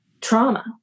trauma